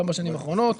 גם בשנים האחרונות,